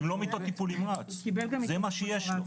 והן לא מיטות טיפול נמרץ, זה מה שיש לו.